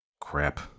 Crap